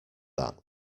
that